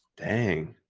dang,